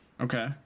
okay